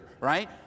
right